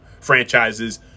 franchises